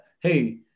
hey